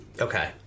Okay